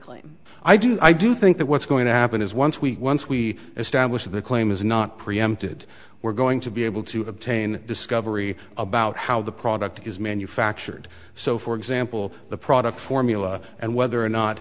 claim i do i do think that what's going to happen is once we once we establish the claim is not preempted we're going to be able to obtain discovery about how the product is manufactured so for example the product formula and whether or not